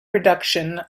reduction